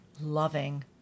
loving